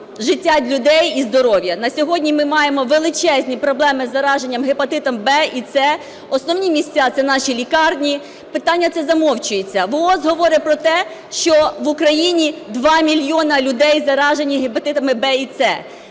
життя людей і здоров'я. На сьогодні ми маємо величезні проблеми із зараженням гепатитом В і С. Основні місця – це наші лікарні, питання це замовчується. ВООЗ говорить про те, що в Україні 2 мільйони людей заражені гепатитами В і С.